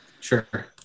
Sure